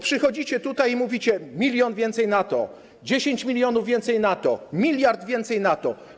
Przychodzicie tutaj i mówicie: Milion więcej na to, 10 mln więcej na to, miliard więcej na to.